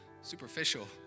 superficial